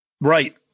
Right